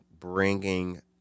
bringing